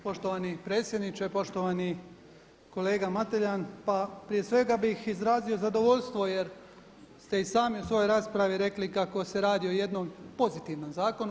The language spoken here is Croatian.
Poštovani predsjedniče, poštovani kolega Mateljan, pa prije svega bih izrazio zadovoljstvo jer ste i sami u svojoj raspravi rekli kako se radi o jednom pozitivnom zakonu.